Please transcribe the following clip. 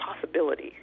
possibility